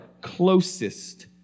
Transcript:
closest